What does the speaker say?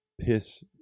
piss